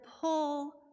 pull